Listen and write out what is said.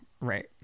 Right